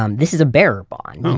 um this is a bearer bond.